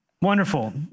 wonderful